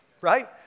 right